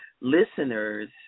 listeners